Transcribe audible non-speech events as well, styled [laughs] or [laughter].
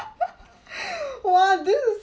[laughs] [breath] !wah! this is